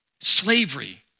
slavery